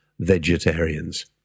vegetarians